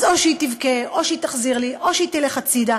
אז או שהיא תבכה או שהיא תחזיר לי או שהיא תלך הצדה,